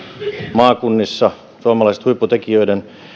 maakunnissa suomalaisten huipputekijöiden